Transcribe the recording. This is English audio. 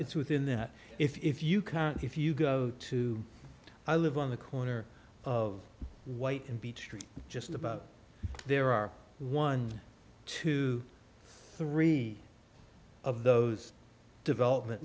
it's within that if you can't if you go to i live on the corner of white and beach street just about there are one two three of those development